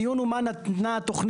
הדיון הוא מה נתנה התוכנית.